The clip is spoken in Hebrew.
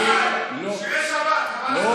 אני שואל ברצינות.